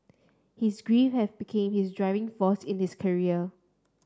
his grief had become his driving force in his career